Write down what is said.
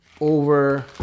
over